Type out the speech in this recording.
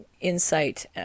insight